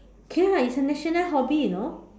okay lah it's a national hobby you know